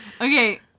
okay